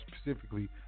specifically